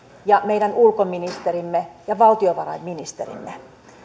ja meidän ulkoministerimme ja valtiovarainministerimme